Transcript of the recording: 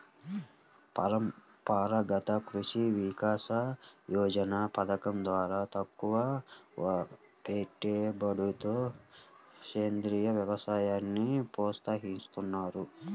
పరంపరాగత కృషి వికాస యోజన పథకం ద్వారా తక్కువపెట్టుబడితో సేంద్రీయ వ్యవసాయాన్ని ప్రోత్సహిస్తున్నారు